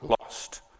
lost